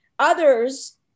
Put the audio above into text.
Others